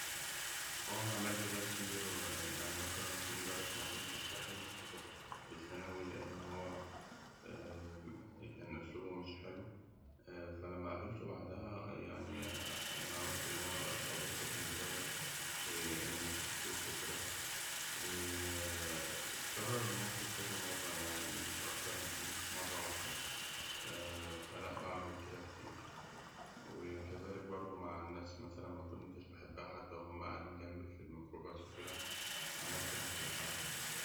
أه عملت ده كتير، يعني في مثلا مدرس مكنتش بحبه في الثانوي لأن هو كان أسلوبه مش حلو، فلما قابلته بعدها يعني عملت إن أنا ببص في الموبايل وإني مشوفتوش وكده، و اتكرر الموقف كذا مرة يعني أكتر مش مرة واحدة فلأ بعمل كده كتير، وكذلك حتى مع ناس مكنتش بحبها وهما قاعدين جنبي في الميكروباص وكده عملت نفس الحركة.